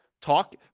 Talk